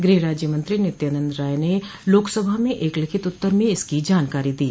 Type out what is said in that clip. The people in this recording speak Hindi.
गृह राज्यमंत्री नित्यानंद राय ने लोकसभा में एक लिखित उत्तर में इसकी जानकारी दी